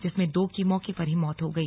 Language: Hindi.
जिसमें दो की मौके पर ही मौत हो गई